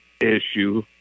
issue